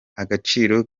agaciro